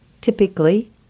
Typically